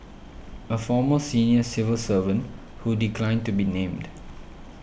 a former senior civil servant who declined to be named